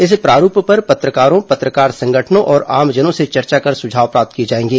इस प्रारूप पर पत्रकारों पत्रकार संगठनों और आमजनों से चर्चा कर सुझाव प्राप्त किए जाएंगे